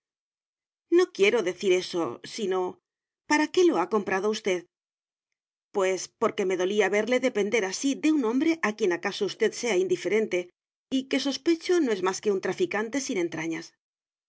no quiero decir eso sino para qué lo ha comprado usted pues porque me dolía verle depender así de un hombre a quien acaso usted sea indiferente y que sospecho no es más que un traficante sin entrañas